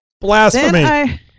Blasphemy